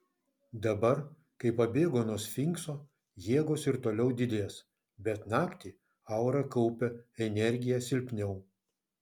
dabar kai pabėgo nuo sfinkso jėgos ir toliau didės bet naktį aura kaupia energiją silpniau